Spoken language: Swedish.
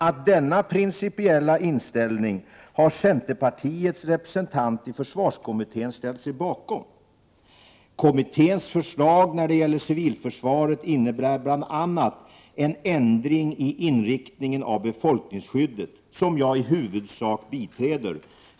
Det är angeläget att uppmärksamma sårbarhetsproblemen, inte minst i storstadsområdena.